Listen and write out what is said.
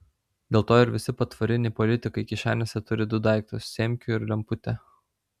dėl to ir visi patvoriniai politikai kišenėse turi du daiktus semkių ir lemputę